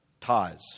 ties